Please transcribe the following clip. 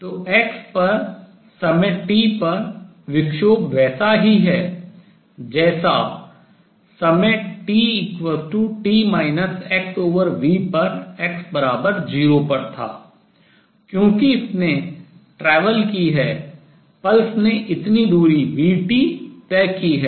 तो x पर समय t पर विक्षोभ वैसा ही है जैसा समय t t x v पर x 0 पर था क्योंकि इसने travel यात्रा की है pulse स्पंद ने इतनी दूरी v t तय की है